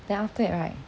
then after that right